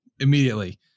immediately